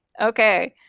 okay,